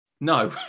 No